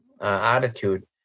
attitude